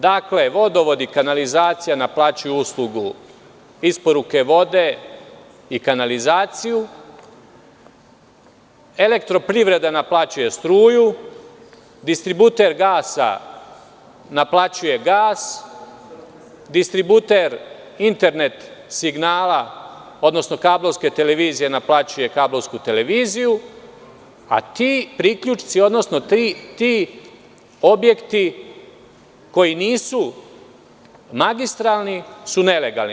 Dakle, „Vodovod i kanalizacija“ naplaćuju uslugu isporuke vode i kanalizaciju, „Elektroprivreda“ naplaćuje struje, distributer gasa naplaćuje gas, distributer internet signala, odnosno kablovske televizije naplaćuje kablovsku televiziju, a ti objekti koji nisu magistralni su nelegalni.